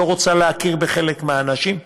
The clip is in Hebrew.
שלא רוצה להכיר בחלק מהאנשים,